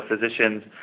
physicians